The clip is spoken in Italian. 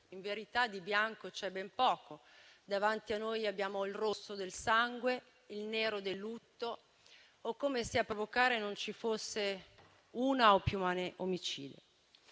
in verità di bianco c'è ben poco: davanti a noi abbiamo il rosso del sangue e il nero del lutto, come se a provocarli non ci fossero una o più mani omicide.